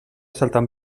saltant